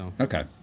Okay